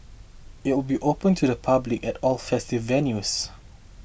it will be open to the public at all festival venues